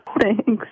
Thanks